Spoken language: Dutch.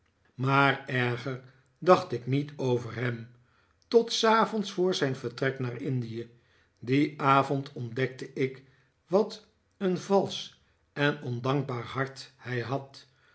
maar erger dacht ik niet over hem tot s avonds voor zijn vertrek naar indie dien avond ontdekte ik wat een valsch en ondankbaar hart hij had